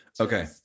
Okay